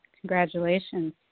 congratulations